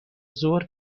ظهر